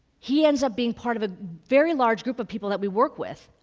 he ends up being part of a very large group of people that we work with,